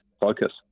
focus